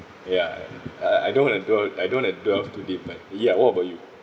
ya uh I don't want to delve I don't want to delve too deep but ya what about you